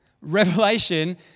Revelation